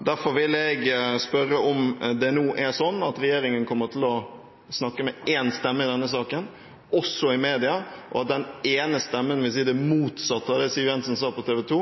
vil spørre om det nå er sånn at regjeringen kommer til å snakke med én stemme i denne saken, også i media, og at den ene stemmen vil si det motsatte av det Siv Jensen sa på TV 2,